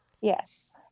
Yes